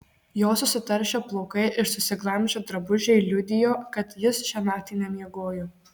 jo susitaršę plaukai ir susiglamžę drabužiai liudijo kad jis šią naktį nemiegojo